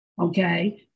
okay